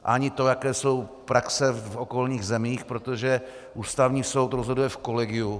Ani to, jaké jsou praxe v okolních zemích, protože Ústavní soud rozhoduje v kolegiu.